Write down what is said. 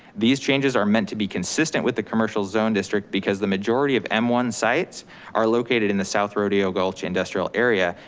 these changes are meant to be consistent with the commercial zone district because the majority of m one sites are located in the south rodeo gulch industrial area,